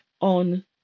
on